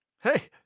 Hey